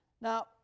Now